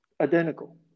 identical